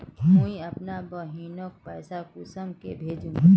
मुई अपना बहिनोक पैसा कुंसम के भेजुम?